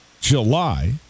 July